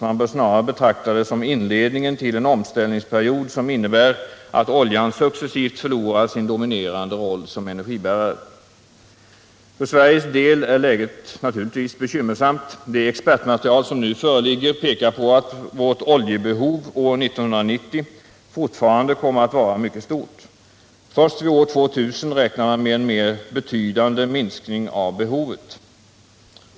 Man bör snarare betrakta det som inledningen till en omställningsperiod, som innebär att oljan successivt förlorar sin dominerande roll som energibärare. För Sveriges del är läget naturligtvis bekymmersamt. Det expertmaterial som nu föreligger pekar på att vårt oljebehov år 1990 fortfarande kommer att vara mycket stort. Först vid år 2000 räknar man med en mer betydande minskning av behovet.